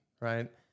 right